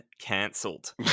cancelled